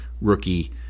rookie